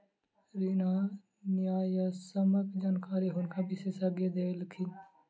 ऋण आ न्यायसम्यक जानकारी हुनका विशेषज्ञ देलखिन